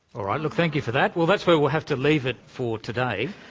all right, look thank you for that. well that's where we'll have to leave it for today.